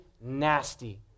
nasty